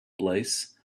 place